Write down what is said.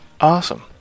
Awesome